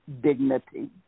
dignity